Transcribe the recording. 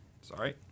Sorry